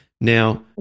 Now